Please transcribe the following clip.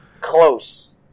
Close